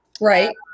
Right